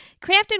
crafted